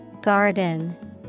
Garden